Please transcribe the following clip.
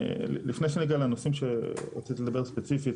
לפני שאני אגיע לנושאים שרציתי לדבר ספציפית,